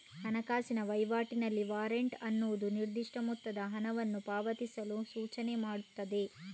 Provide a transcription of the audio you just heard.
ಹಣಕಾಸಿನ ವೈವಾಟಿನಲ್ಲಿ ವಾರೆಂಟ್ ಅನ್ನುದು ನಿರ್ದಿಷ್ಟ ಮೊತ್ತದ ಹಣವನ್ನ ಪಾವತಿಸಲು ಸೂಚನೆ ನೀಡ್ತದೆ